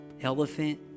elephant